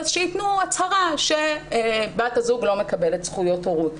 אז שייתנו הצהרה שבת הזוג לא מקבלת זכויות הורות.